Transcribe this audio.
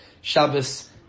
Shabbos